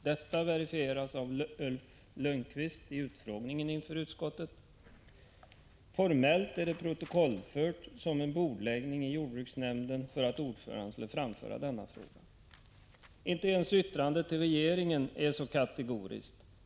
Detta verifierarades av Ulf Lönnqvist i utfrågningen inför utskottet. Formellt är det protokollfört som en bordläggning i jordbruksnämnden för att ordföranden skulle framföra denna fråga. Inte ens yttrandet till regeringen är så kategoriskt.